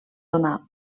donar